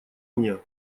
мне